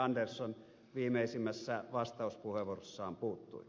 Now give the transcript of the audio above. andersson viimeisimmässä vastauspuheenvuorossaan puuttui